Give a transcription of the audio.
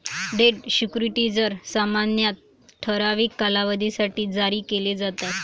date securities सामान्यतः ठराविक कालावधीसाठी जारी केले जातात